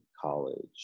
college